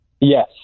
Yes